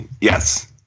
Yes